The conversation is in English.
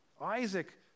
Isaac